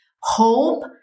Hope